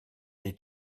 est